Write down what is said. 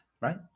Right